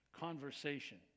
conversation